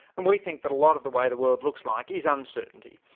and we think that a lot of the way the world looks like is uncertainty.